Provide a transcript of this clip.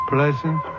Pleasant